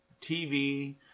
TV